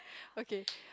okay